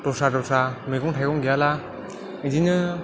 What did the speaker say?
दस्रा दस्रा मैगं थाइगं गैयाब्ला बिदिनो